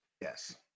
Yes